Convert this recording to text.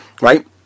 right